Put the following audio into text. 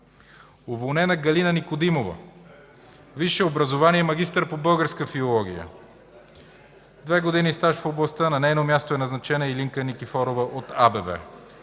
Уволнена: Галина Никодимова. Висше образование – магистър по българска филология, две години стаж в областта. На нейно място е назначена Илинка Никифорова от АБВ.